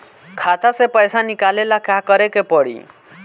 खाता से पैसा निकाले ला का करे के पड़ी?